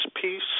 peace